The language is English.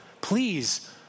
please